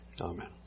Amen